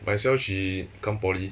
might as well she come poly